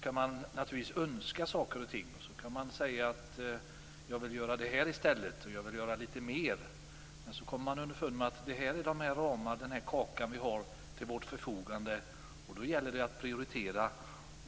kan man naturligtvis önska saker och ting. Man kan säga att jag vill göra det här och jag vill göra litet mer, men sedan kommer man underfund med den kaka som man har till sitt förfogande. Då gäller det att prioritera.